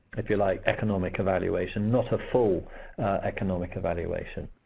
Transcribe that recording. if you like, economic evaluation, not a full economic evaluation.